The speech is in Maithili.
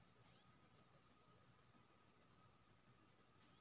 मोबाइल फोन के रिचार्ज केना कैल जा सकै छै?